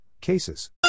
cases